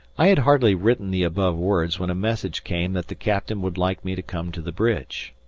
i had hardly written the above words when a message came that the captain would like me to come to the bridge.